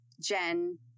Jen